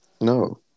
No